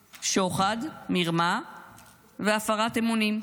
שוחד, מרמה והפרת אמונים.